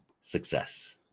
success